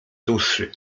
dłuższy